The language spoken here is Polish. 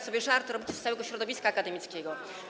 Wy sobie żarty robicie z całego środowiska akademickiego.